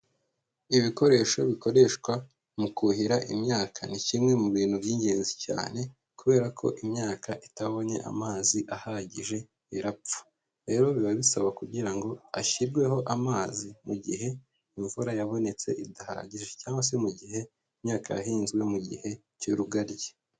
Ibikoresho bikoreshwa mu kuhira imyaka ni kimwe mu bintu by'ingenzi cyane kubera ko imyaka itabonye amazi ahagije irapfa, rero biba bisaba kugira ngo ashyirweho amazi mu gihe imvura yabonetse idahagije cyangwa se mu gihe imyaka yahinzwe mu gihe cy'Urugaryi.